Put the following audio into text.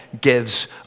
gives